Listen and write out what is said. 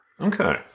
Okay